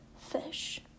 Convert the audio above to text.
fish